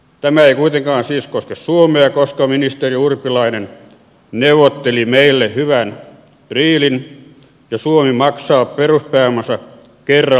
tämä ei kuitenkaan siis koske suomea koska ministeri urpilainen neuvotteli meille hyvän diilin ja suomi maksaa peruspääomansa kerralla ja heti